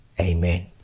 amen